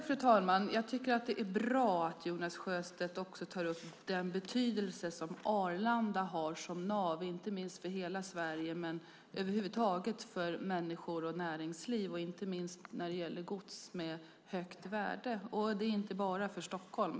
Fru talman! Jag tycker att det är bra att Jonas Sjöstedt också tar upp den betydelse som Arlanda har som nav för hela Sverige, för människor och näringsliv över huvud taget men inte minst när det gäller gods med högt värde, och det är verkligen inte bara för Stockholm.